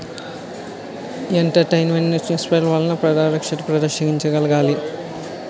entrepreneurship వలన పారదర్శకత ప్రదర్శించగలగాలి